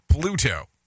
Pluto